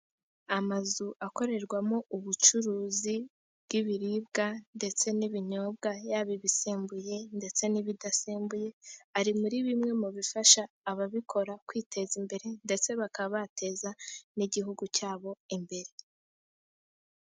Amazu akorerwamo ubucuruzi bw'ibiribwa ndetse n'ibinyobwa yaba ibisembuye ndetse n'ibidasembuye . Ari muri bimwe mu bifasha ababikora kwiteza imbere ndetse bakaba bateza n'igihugu cyabo imbere.